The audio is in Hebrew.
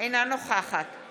אינה נוכחת